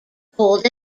cold